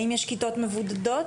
האם יש כיתות מבודדות?